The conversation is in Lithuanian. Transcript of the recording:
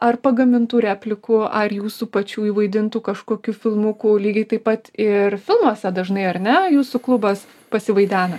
ar pagamintų replikų ar jūsų pačių įvaidintų kažkokių filmukų lygiai taip pat ir filmuose dažnai ar ne jūsų klubas pasivaidena